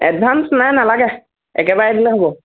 advance নাই নালাগে একেবাৰে দিলে হ'ব